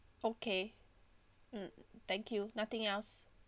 okay mm thank you nothing else